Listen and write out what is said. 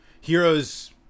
Heroes